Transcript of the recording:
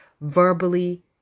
verbally